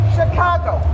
Chicago